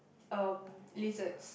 um lizards